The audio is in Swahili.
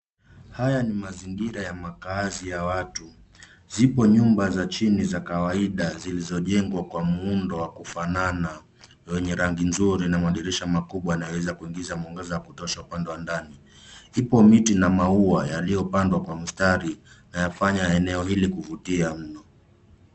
Haya ni mazingira ya makaazi ya watu. Zipo nyumba za chini za kawaida, zilizojengwa kwa muundo wa kufanana, wenye rangi nzuri na madirisha makubwa yanaweza kuingiza mwangaza wa kutosha upande wa ndani. Ipo miti na maua yaliyopandwa kwa mstari, na yafanya eneo hili kuvutia mno.